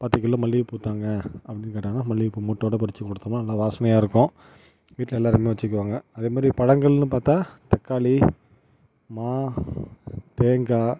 பத்து கிலோ மல்லிகைப் பூ தாங்க அப்படின்னு கேட்டாங்கன்னா மல்லிகைப் பூ மொட்டோடய பறித்து கொடுத்தம்னா நல்லா வாசனையாக இருக்கும் வீட்டில் எல்லோருமே வச்சுக்கிவாங்க அதே மாதிரி பழங்கள்னு பார்த்தா தக்காளி மா தேங்காய்